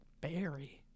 barry